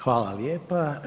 Hvala lijepa.